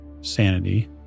sanity